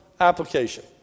application